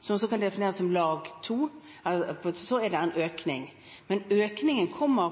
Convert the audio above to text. som kan defineres som et «lag 2», er det en økning. Men økningen kommer